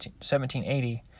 1780